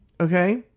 okay